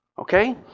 Okay